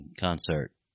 concert